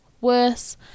Worse